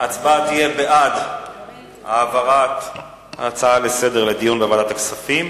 ההצבעה בעד תהיה להעברת ההצעה לסדר-היום לדיון בוועדת הכספים.